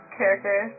character